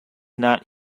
not